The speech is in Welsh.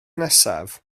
nesaf